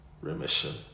remission